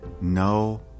no